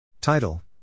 Title